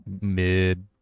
Mid